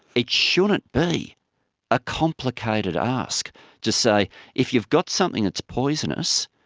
it shouldn't be a complicated ask to say if you've got something that's poisonous,